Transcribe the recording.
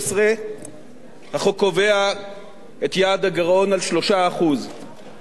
החוק קובע את יעד הגירעון על 3%. אני רוצה להסביר.